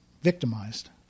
victimized